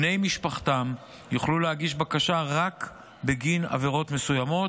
בני משפחתם יוכלו להגיש בקשה רק בגין עבירות מסוימות,